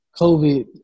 COVID